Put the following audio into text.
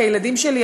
כי הילדים שלי,